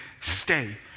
stay